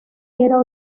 era